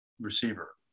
receiver